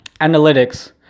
analytics